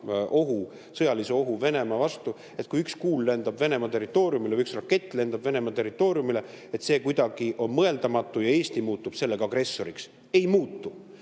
sõjalise ohu Venemaa vastu, [on mõeldamatu]. Et kui üks kuul lendab Venemaa territooriumile või üks rakett lendab Venemaa territooriumile, siis see on mõeldamatu ja Eesti muutub sellega agressoriks. Ei muutu!